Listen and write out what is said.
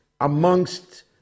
amongst